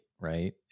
right